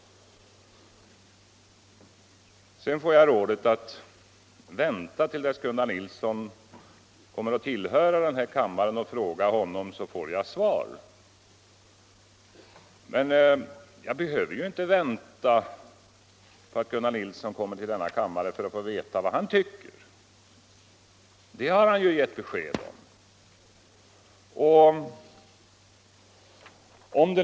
Jag får rådet att vänta med min fråga tills Gunnar Nilsson kommer att tillhöra denna kammare, så får jag svar. Men jag behöver ju inte vänta på att Gunnar Nilsson kommer till denna kammare för att få veta vad han tycker. Det har han ju gett besked om.